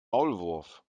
maulwurf